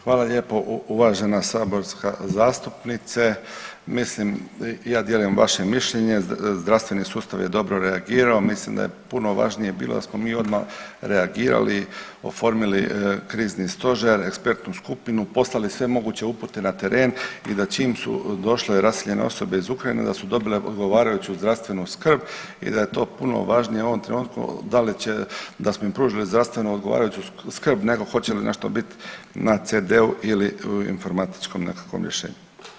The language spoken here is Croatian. Hvala lijepo uvažena saborska zastupnice, mislim ja dijelim vaše mišljenje, zdravstveni sustav je dobro reagiralo, mislim da je puno važnije bilo da smo mi odmah reagirali, oformili krizni stožer, ekspertnu skupinu, poslali sve moguće upute na teren i da čim su došle raseljene osobe iz Ukrajine da su dobile odgovarajuću zdravstvenu skrb i da je to puno važnije u ovom trenutku da li će, da smo im pružili zdravstveno odgovarajuću skrb nego hoće li nešto bit na CD ili informatičkom nekakvom rješenju.